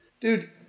dude